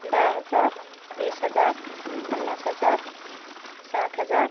दहा हजार वीस हजार पन्नास हजार साठ हजार